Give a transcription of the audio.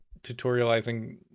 tutorializing